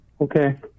Okay